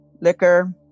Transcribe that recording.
liquor